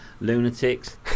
lunatics